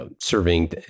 serving